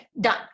Done